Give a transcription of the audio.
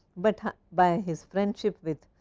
but by his friendship with.